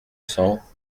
cents